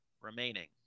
remaining